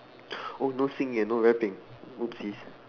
oh no Xin-Yuan no rapping !oopsies!